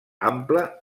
ample